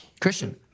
Christian